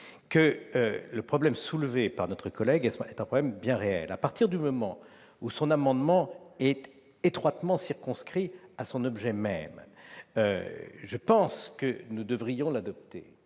que le problème soulevé par notre collègue est bien réel. À partir du moment où son amendement est étroitement circonscrit à son objet même, je pense que nous devrions l'adopter.